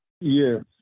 yes